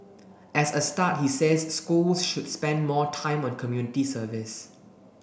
as a start he says schools should spend more time on community service